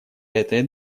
этой